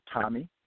Tommy